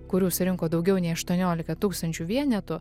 kurių surinko daugiau nei aštuoniolika tūkstančių vienetų